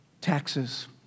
Taxes